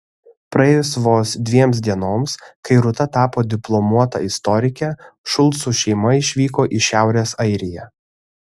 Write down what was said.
praėjus vos dviems dienoms kai rūta tapo diplomuota istorike šulcų šeima išvyko į šiaurės airiją